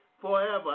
forever